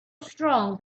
strong